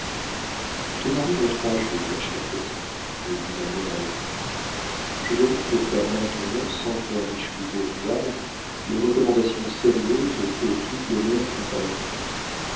tu te maries dans trois jours ma chère petite me dit ma mère à l'oreille je dois donc te faire maintenant sans pleurnicheries bourgeoises les recommandations sérieuses que toutes les mères font à leurs filles